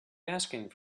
asking